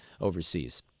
overseas